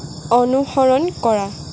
অনুসৰণ কৰা